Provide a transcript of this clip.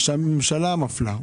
שהממשלה מפלה,